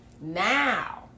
Now